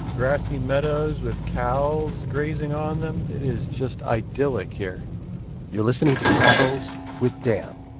grassy meadows with cows grazing on them. it is just idyllic here you're listening to travels with dan,